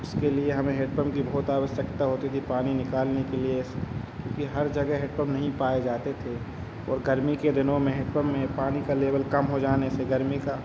उसके लिए हमें हेड पम्प की बहुत अवश्यकता होती थी पानी निकालने के लिए क्योंकि हर जगह हेड पम्प नहीं पाए जाते थे और गर्मी के दिनों में हेड पम्प में पानी का लेवल कम हो जाने से गर्मी का